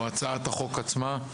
או הצעת החוק עצמה,